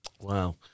Wow